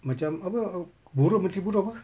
macam apa err buruh menteri buruh apa